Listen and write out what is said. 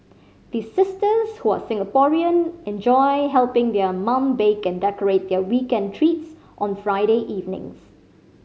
the sisters who are Singaporean enjoy helping their mum bake and decorate their weekend treats on Friday evenings